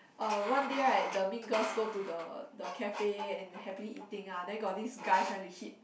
uh one day right the mean girls go to the the cafe and happily eating ah then got this guy trying to hit